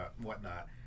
whatnot